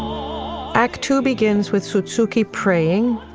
oh act two begins with food sukhi praying,